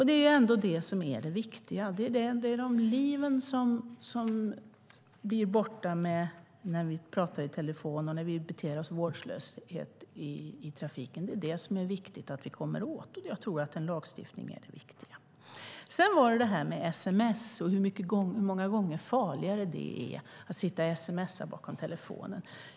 Det är det viktiga. Det viktiga är att vi kommer åt att spara de liv som annars skulle offras när vi talar i telefon och beter oss vårdslöst i trafiken. Därför är lagstiftningen viktig. Sedan gällde det sms och hur många gånger farligare det är att sitta och sms:a bakom ratten.